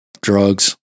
drugs